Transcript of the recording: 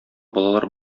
балалар